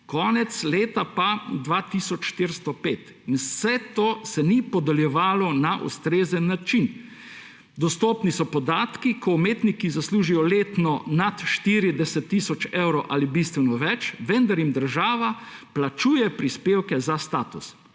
konec leta pa 2 tisoč 405. In vse to se ni podeljevalo na ustrezen način. Dostopni so podatki, ko umetniki zaslužijo letno nad 40 tisoč evrov ali bistveno več, vendar jim država plačuje prispevke za status.